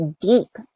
deep